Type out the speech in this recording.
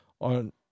on